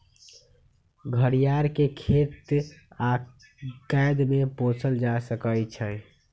घरियार के खेत आऽ कैद में पोसल जा सकइ छइ